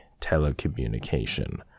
telecommunication